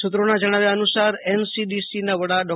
સુત્રોના જણાવ્યા અનુસાર એનસીડીસીના વડા ડો